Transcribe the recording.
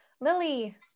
Lily